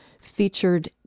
featured